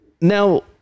now